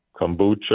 kombucha